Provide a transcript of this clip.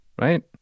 Right